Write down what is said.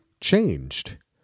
changed